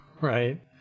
right